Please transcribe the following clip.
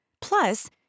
Plus